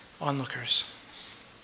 onlookers